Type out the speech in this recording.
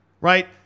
Right